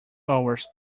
hours